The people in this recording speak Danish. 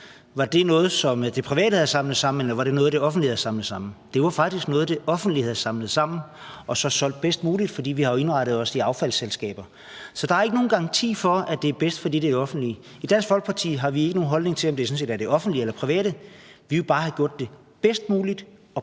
Var det noget, som det private havde samlet sammen, eller var det noget, som det offentlige havde samlet sammen? Det var faktisk noget, det offentlige havde samlet sammen og solgt på bedst mulige vis, for vi har jo indrettet os med affaldsselskaber. Så der er ikke nogen garanti for, at det er bedst, fordi det er det offentlige. I Dansk Folkeparti har vi sådan set ikke nogen holdning til, om det er det offentlige eller det private, der gør det. Vi vil bare have gjort det bedst muligt og billigst